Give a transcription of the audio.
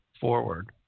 forward